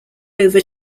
over